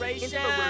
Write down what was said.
Inspiration